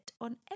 on